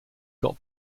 got